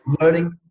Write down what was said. learning